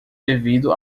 devido